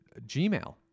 Gmail